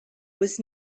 was